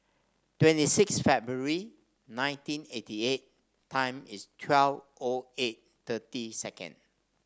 twenty six February nineteen eighty eight time is twelve O eight thirty second